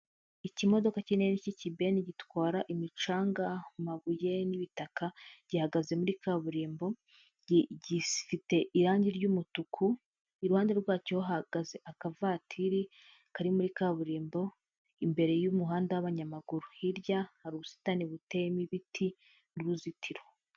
Ikimodoka kinini cy’ikibeni gitwara imicanga, amabuye n'ibitaka, gihagaze muri kaburimbo, gifite irangi ry’umutuku, iruhande rwacyo hahagaze akavatiri kari muri kaburimbo imbere y’umuhanda w’abanyamaguru, hirya hari ubusitani buteyemo ibiti n'uruzitiro.